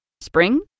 Spring